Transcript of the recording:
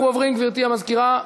אנחנו עוברים, גברתי המזכירה,